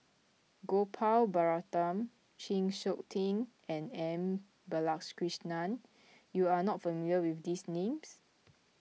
Gopal Baratham Chng Seok Tin and M Balakrishnan you are not familiar with these names